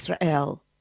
Israel